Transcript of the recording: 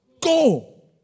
Go